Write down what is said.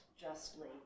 justly